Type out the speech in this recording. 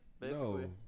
No